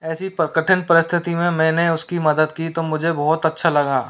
ऐसी पर कठिन परिस्थिति में मैंने उसकी मदद की तो मुझे बहुत अच्छा लगा